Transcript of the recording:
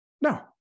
No